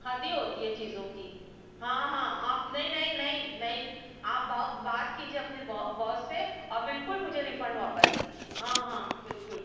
حد ہی ہوتی ہے چیزوں کی ہاں ہاں آپ نہیں نہیں نہیں نہیں آپ بات کیجیے اپنے باس سے اور بالکل مجھے ریفنڈ واپس کیجیے ہاں ہاں بالکل